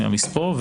המספוא,